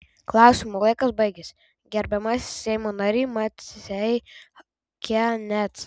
klausimų laikas baigėsi gerbiamasis seimo nary maceikianecai